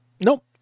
Nope